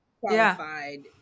qualified